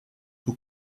who